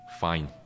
fine